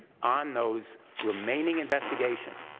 on those remaining investigations,